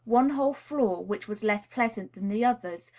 one whole floor, which was less pleasant than the others,